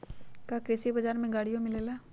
का कृषि बजार में गड़ियो मिलेला?